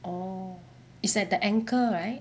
orh is at the ankle right